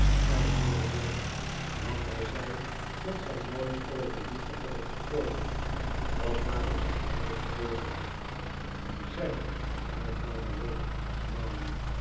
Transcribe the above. antwoordde gride want hij zei dat zij nooit over liefde hadden gesproken dat waren zijn eigen woorden hij zei herhaalde ralph smalend